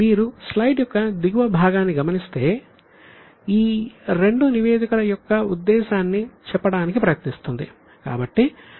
మీరు స్లైడ్ యొక్క దిగువ భాగాన్ని పరిశీలిస్తే ఈ రెండు నివేదికల యొక్క ఉద్దేశ్యాన్ని చెప్పడానికి ప్రయత్నిస్తుంది